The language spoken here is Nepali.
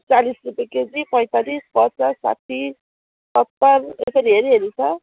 चालिस रुपियाँ केजी पैँतालिस पचास साठी सत्तर यसरी हेरि हेरि छ